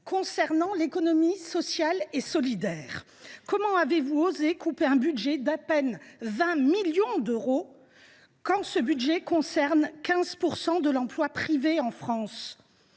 viens à l’économie sociale et solidaire. Comment avez vous osé couper un budget d’à peine 20 millions d’euros, qui concerne 15 % de l’emploi privé en France,